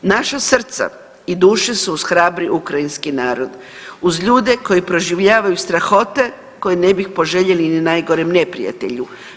Naša srca i duše su uz hrabri ukrajinski narod, uz ljude koji proživljavaju strahote koje ne bih poželjeli ni najgorem neprijatelju.